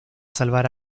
salvar